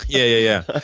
yeah, ah